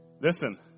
Listen